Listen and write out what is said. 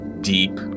deep